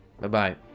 Bye-bye